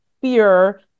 fear